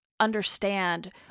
understand